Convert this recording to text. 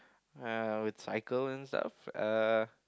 uh I would cycle and stuff uh